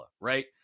right